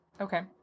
Okay